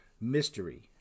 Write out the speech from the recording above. Mystery